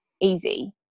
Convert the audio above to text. easy